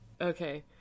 Okay